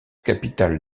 capitale